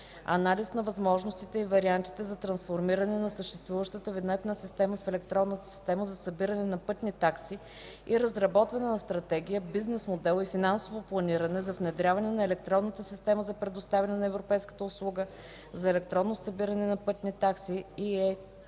анализ на възможностите и вариантите за трансформиране на съществуващата винетна система в Електронна система за събиране на пътни такси и разработване на стратегия, бизнес модел и финансово планиране за внедряване на Електронната система за предоставяне на Европейската услуга за електронно събиране на пътни такси (EETS).